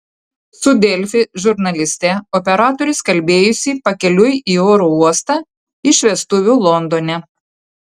su delfi žurnaliste operatorius kalbėjosi pakeliui į oro uostą iš vestuvių londone